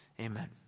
amen